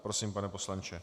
Prosím, pane poslanče.